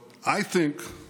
(אומר דברים בשפה האנגלית,